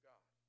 God